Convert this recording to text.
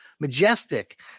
Majestic